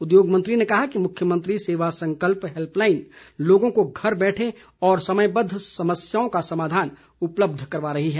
उद्योग मंत्री ने कहा कि मुख्यमंत्री सेवा संकल्प हैल्पलाइन लोगों को घर बैठे और समयबद्ध समस्याओं का समाधान उपलब्ध करवा रही है